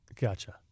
Gotcha